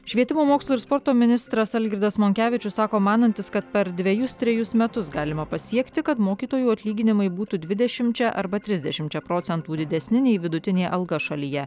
švietimo mokslo ir sporto ministras algirdas monkevičius sako manantis kad per dvejus trejus metus galima pasiekti kad mokytojų atlyginimai būtų dvidešimčia arba trisdešimčia procentų didesni nei vidutinė alga šalyje